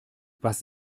was